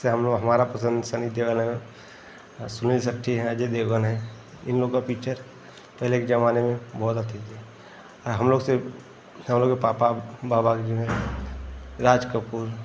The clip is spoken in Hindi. जैसे हम लोग हमारा पसंद सनी देओल हैं सुनील शेट्टी हैं अजय देवगन हैं इन लोग का पिच्चर पहले के जमाने में बहुत आती थी और हम लोग से हम लोग के पापा बाबा जो हैं राज कपूर